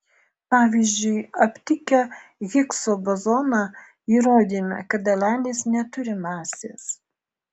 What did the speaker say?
pavyzdžiui aptikę higso bozoną įrodėme kad dalelės neturi masės